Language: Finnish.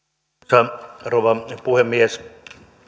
arvoisa rouva puhemies